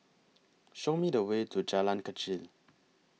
Show Me The Way to Jalan Kechil